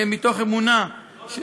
מתוך אמונה,